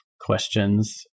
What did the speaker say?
questions